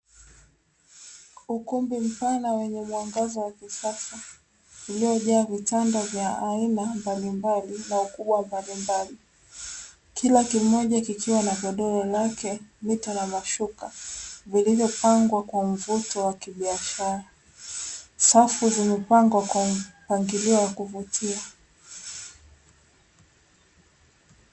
Ukumbi mpana na wenye mwangaza wa kisasa uliojaa vitanda vya aina mbalimbali na ukubwa mbalimbali. Kila kimoja kikiwa na godoro lake, mito, na mashuka; vilivyopangwa kwa mvuto wa kibiashara. Safu zimepangwa kwa mpangilio wa kuvutia.